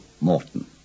Morton